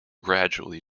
gradually